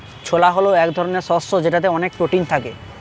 ছোলা হল এক ধরনের শস্য যেটাতে অনেক প্রোটিন থাকে